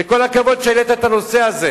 וכל הכבוד שהעלית את הנושא הזה.